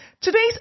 Today's